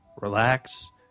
relax